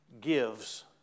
gives